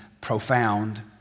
profound